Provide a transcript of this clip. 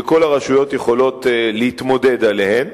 שכל הרשויות יכולות להתמודד עליהם.